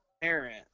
parent